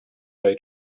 way